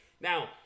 Now